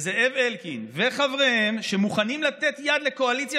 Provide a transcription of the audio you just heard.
זאב אלקין וחבריהם מוכנים לתת יד לקואליציה